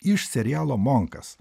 iš serialo monkas